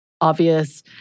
obvious